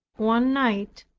one night,